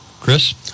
Chris